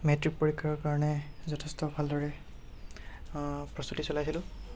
matric পৰীক্ষাৰ কাৰণে যথেষ্ট ভালদৰে প্ৰস্তুতি চলাইছিলোঁ